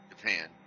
Japan